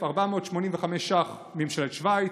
240,485 ש"ח מממשלת שווייץ,